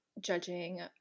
judging